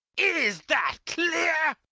is that clear,